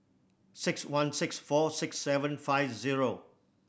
six one six four six seven five zero